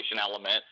element